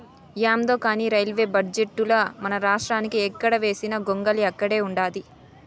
యాందో కానీ రైల్వే బడ్జెటుల మనరాష్ట్రానికి ఎక్కడ వేసిన గొంగలి ఆడే ఉండాది